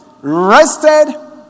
rested